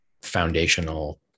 foundational